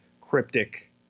cryptic